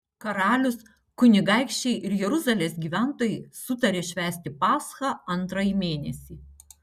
karalius kunigaikščiai ir jeruzalės gyventojai sutarė švęsti paschą antrąjį mėnesį